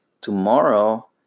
tomorrow